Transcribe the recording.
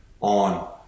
on